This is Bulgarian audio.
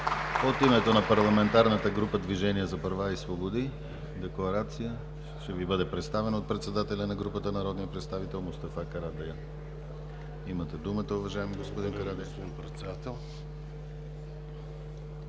От името на парламентарната група на „Движение за права и свободи“ декларация ще Ви бъде представена от председателя на групата – народния представител Мустафа Карадайъ. Имате думата, уважаеми господин Карадайъ.